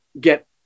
get